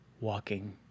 Walking